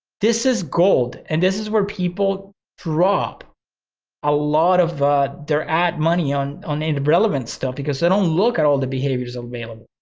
this is gold. and this is where people draw up a lot of their ad money on on the and irrelevant stuff because they don't look at all the behaviors available,